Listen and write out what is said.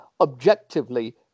objectively